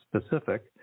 specific